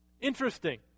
Interesting